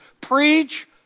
Preach